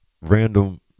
random